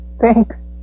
Thanks